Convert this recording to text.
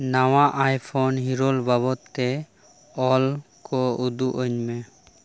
ᱱᱟᱣᱟ ᱟᱭᱯᱷᱳᱱ ᱦᱤᱨᱚᱞ ᱵᱟᱵᱚᱫᱛᱮ ᱚᱞ ᱠᱚ ᱩᱫᱩᱜ ᱟ ᱧᱢᱮ